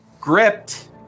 Gripped